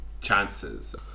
chances